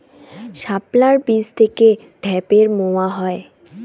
শাপলার বীজ থেকে ঢ্যাপের মোয়া হয়?